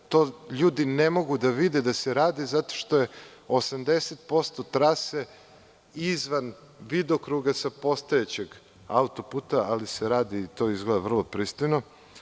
Ljudi ne mogu da vide da se radi zato što je 80% trase izvan vidokruga sa postojećeg autoputa, ali se radi to izgleda vrlo pristojno.